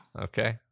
Okay